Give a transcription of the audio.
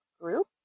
group